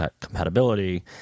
compatibility